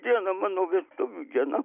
dieną mano vestuvių diena